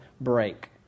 break